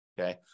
Okay